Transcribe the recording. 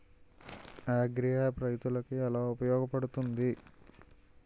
Agri app రైతులకి ఏలా ఉపయోగ పడుతుంది?